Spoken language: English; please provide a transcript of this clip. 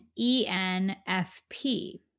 ENFP